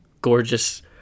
gorgeous